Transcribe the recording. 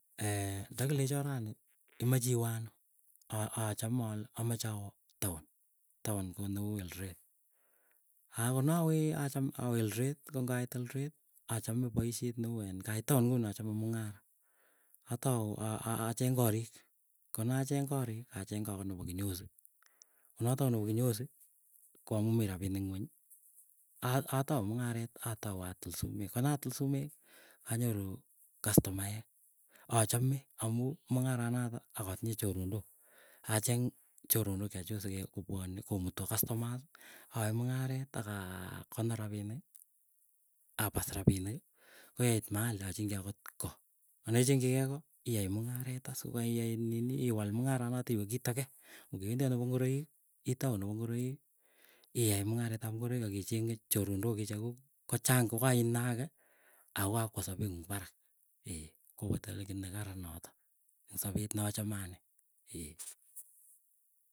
ndakilechoo rani imachiwe anoo achame ale amache awoo town, town ko neu eldoret. Akonawe acham awee eldoret ko ngait eldoret, achame poisyet neu iin ngait town ngunoo achame mung'ara. Atou a a acheng korikkonacheng korik acheng koo akot nepo kinyozi, konotok ko nepa kinyozi koamu mii rapinik ing'ewny ah atau mung'aret atou atil sumek. Konatil sumek anyoru customer ek achame ame mung'aranatak akatinye choronok, acheng choronok chechuk sikopwane komutwo customers, aae mung'aret akakonor rapinik apas rapinik koyeit mahali, acheng'chigei ako koo. Ko ne chengchigei koo, iai mung'aret aas kokaia nini iwal mung'aranatak iwe kiit agee. Ko ngiwendi akot nepa ingoroik itau nepa ingoroik iai mung'aret ap ingoroik akicheng'e choronok kiche kuuk kochang kokainaage, ako kakwo sapeng'uun parak. koapwati ale kii nekaran notok eng sapet nachame anee.